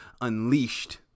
unleashed